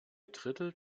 drittel